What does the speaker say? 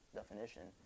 definition